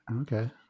Okay